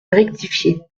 rectifié